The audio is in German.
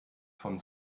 von